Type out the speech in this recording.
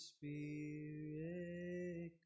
Spirit